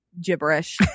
gibberish